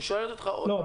אני שואלת אותך -- לא,